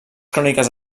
cròniques